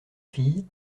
fille